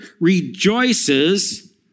rejoices